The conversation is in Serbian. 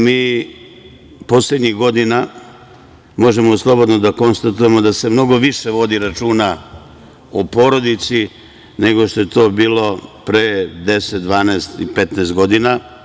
Mi poslednjih godina možemo slobodno da konstatujemo da se mnogo više vodi računa o porodici nego što je to bilo pre 10, 12 i 15 godina.